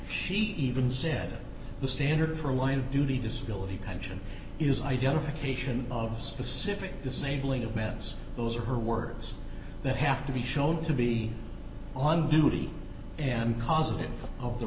she even said the standard for line of duty disability pension is identification of specific disabling of meds those are her words that have to be shown to be on duty and positive of the